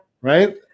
Right